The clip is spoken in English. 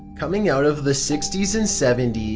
coming out of the sixty s and seventy